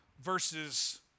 verses